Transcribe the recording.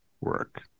work